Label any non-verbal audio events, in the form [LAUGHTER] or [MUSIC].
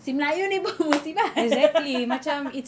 si melayu ni pun musibat [LAUGHS]